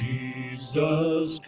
Jesus